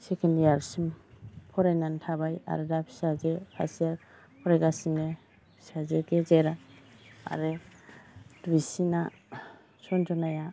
second इयारसिम फरायनानै थाबाय आरो दा फिसाजो सासेया फरायगासिनो फिसाजो गेजेर आरो दुइसिना सनज'नाया